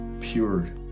pure